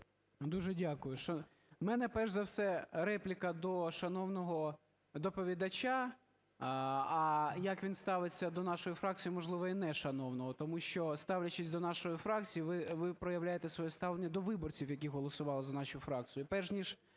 Дуже дякую. У мене, перш за все, репліка до шановного доповідача, а як він ставиться до нашої фракції, можливо, і не шановного. Тому що, ставлячись до нашої фракції, ви проявляєте своє ставлення до виборців, які голосували за нашу фракцію.